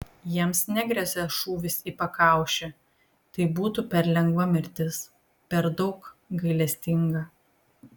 jiems negresia šūvis į pakaušį tai būtų per lengva mirtis per daug gailestinga